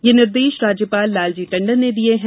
यह निर्देष राज्यपाल लालजी टंडन ने दिये हैं